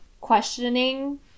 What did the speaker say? questioning